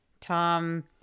Tom